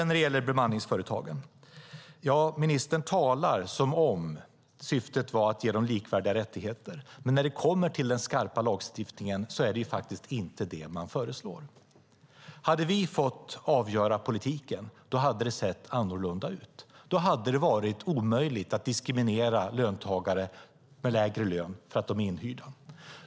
När det gäller bemanningsföretag talar ministern som om syftet var att ge likvärdiga rättigheter, men när det kommer till den skarpa lagstiftningen är det inte vad man föreslår. Om vi hade fått avgöra politiken hade det sett annorlunda ut. Då hade det varit omöjligt att diskriminera löntagare med lägre lön för att de är inhyrda.